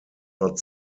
not